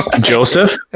Joseph